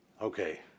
Okay